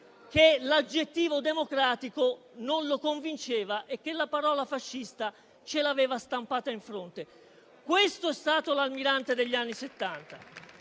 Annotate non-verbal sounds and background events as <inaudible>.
che l'aggettivo democratico non lo convinceva e che la parola fascista ce l'aveva stampata in fronte. <applause> Questo è stato l'Almirante degli anni